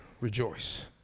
rejoice